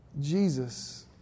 Jesus